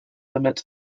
limit